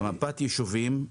מפת היישובים,